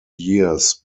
years